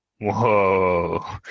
Whoa